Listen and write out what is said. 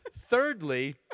thirdly